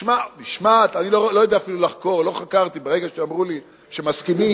משמעת, לא חקרתי, ברגע שאמרו לי שמסכימים,